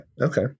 okay